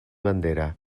bandera